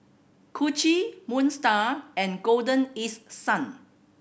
Gucci Moon Star and Golden East Sun